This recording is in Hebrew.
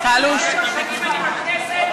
27 שנים אני בכנסת,